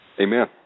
Amen